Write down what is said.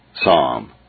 Psalm